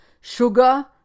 Sugar